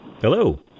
hello